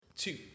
Two